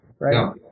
right